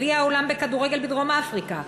גביע העולם בכדורגל בדרום-אפריקה,